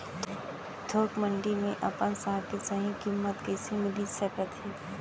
थोक मंडी में अपन साग के सही किम्मत कइसे मिलिस सकत हे?